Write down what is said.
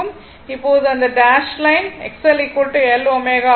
இப்போது இந்த dash line XL L ω ஆகும்